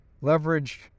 Leverage